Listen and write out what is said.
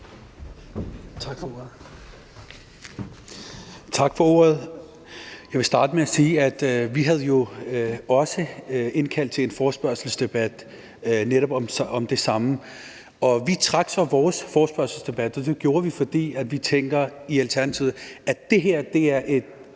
Tak for ordet.